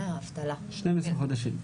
12 חודשים.